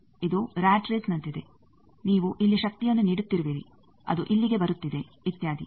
ಇದು ರಾಟ್ ರೇಸ್ನಂತಿದೆನೀವು ಇಲ್ಲಿ ಶಕ್ತಿಯನ್ನು ನೀಡುತ್ತಿರುವಿರಿ ಅದು ಇಲ್ಲಿಗೆ ಬರುತ್ತಿದೆ ಇತ್ಯಾದಿ